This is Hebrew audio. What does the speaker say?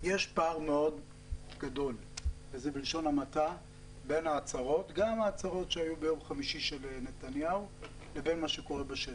יש פער גדול בין ההצהרות לבין מה שקורה בשטח.